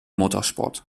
motorsport